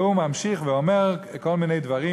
והוא ממשיך ואומר כל מיני דברים,